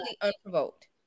unprovoked